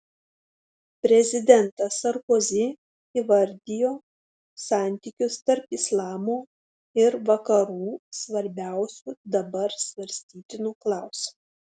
prezidentas sarkozi įvardijo santykius tarp islamo ir vakarų svarbiausiu dabar svarstytinu klausimu